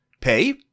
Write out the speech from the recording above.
Pay